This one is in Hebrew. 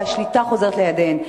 והשליטה חוזרת לידיהן.